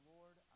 Lord